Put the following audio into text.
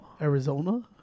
Arizona